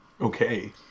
okay